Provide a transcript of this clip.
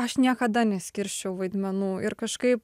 aš niekada neskirsčiau vaidmenų ir kažkaip